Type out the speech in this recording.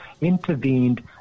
intervened